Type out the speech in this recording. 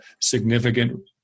significant